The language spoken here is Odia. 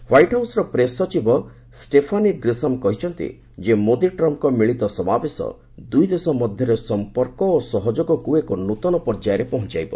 ହ୍ପାଇଟ୍ ହାଉସ୍ର ପ୍ରେସ୍ ସଚିବ ଷ୍ଟେଫାନି ଗ୍ରୀସମ୍ କହିଛନ୍ତି ଯେ ମୋଦି ଟ୍ରମ୍ପଙ୍କ ମିଳିତ ସମାବେଶ ଦୁଇଦେଶ ମଧ୍ୟରେ ସଂପର୍କ ଓ ସହଯୋଗକୁ ଏକ ନୂଆ ପର୍ଯ୍ୟାୟରେ ପହଞ୍ଚାଇବ